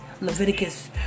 Leviticus